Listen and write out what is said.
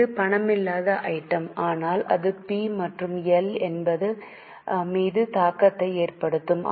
இது பணமில்லாத ஐட்டம் ஆனால் அது பி மற்றும் எல் மீது தாக்கத்தை ஏற்படுத்தும்